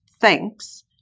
thanks